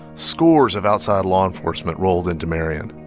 scores of outside law enforcement rolled into marion